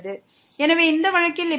எனவே இந்த வழக்கில் இப்போது yy